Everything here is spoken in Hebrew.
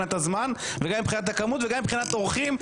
חוץ ממך, לגביך אמרתי.